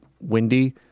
windy